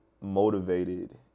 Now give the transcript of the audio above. motivated